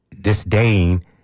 disdain